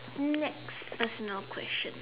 next personal question